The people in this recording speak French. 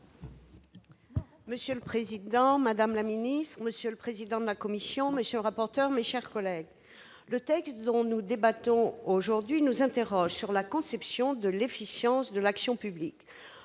Monsieur le président, madame la ministre, monsieur le président de la commission, monsieur le rapporteur, mes chers collègues, le texte dont nous débattons aujourd'hui soulève la question de notre conception de l'efficience de l'action publique.